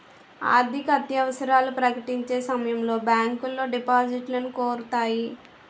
ఆర్థికత్యవసరాలు ప్రకటించే సమయంలో బ్యాంకులో డిపాజిట్లను కోరుతాయి